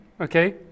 okay